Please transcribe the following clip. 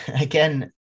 again